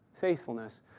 faithfulness